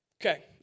Okay